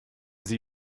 sie